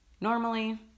Normally